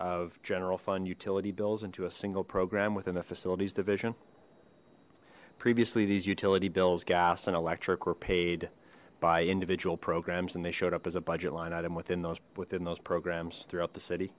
of general fund utility bills into a single program within the facilities division previously these utility bills gas and electric were paid by individual programs and they showed up as a budget line item within those within those programs throughout the city